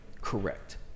correct